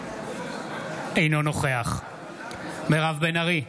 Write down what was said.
אינו נוכח מירב בן ארי,